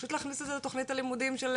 פשוט להכניס את זה לתוכנית הלימודים.